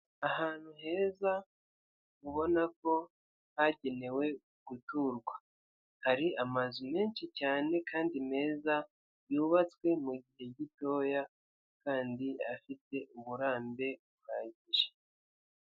Ahantu heza mubona ko hagenewe guturwa, hari amazu menshi cyane kandi meza urabona ko yubatswe mu gihe gitoya kandi afite uburambe buhagije.